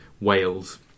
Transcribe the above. Wales